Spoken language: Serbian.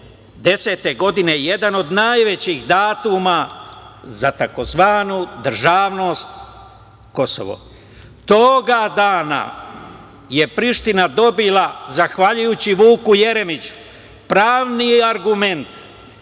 2010. godine, jedan od najvećih datuma za tzv. državnost Kosovo. Toga dana je Priština dobila, zahvaljujući Vuku Jeremiću, pravni argument